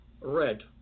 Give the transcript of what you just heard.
red